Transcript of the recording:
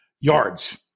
Yards